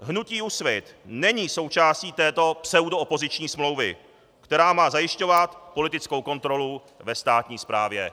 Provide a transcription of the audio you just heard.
Hnutí Úsvit není součástí této pseudoopoziční smlouvy, která má zajišťovat politickou kontrolu ve státní správě.